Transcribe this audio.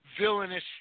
villainous